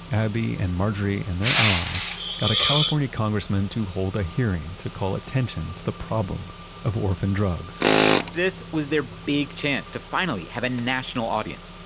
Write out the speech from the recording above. abbey and marjorie and their allies got a california congressman to hold a hearing to call attention to the problem of orphan drugs this was their big chance to finally have a national audience.